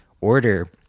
order